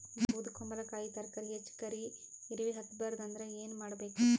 ಬೊದಕುಂಬಲಕಾಯಿ ತರಕಾರಿ ಹೆಚ್ಚ ಕರಿ ಇರವಿಹತ ಬಾರದು ಅಂದರ ಏನ ಮಾಡಬೇಕು?